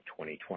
2020